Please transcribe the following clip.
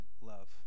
love